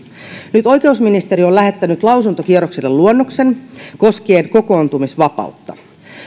nyt oikeusministeriö on lähettänyt lausuntokierrokselle luonnoksen koskien kokoontumisvapautta